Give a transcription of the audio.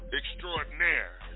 extraordinaire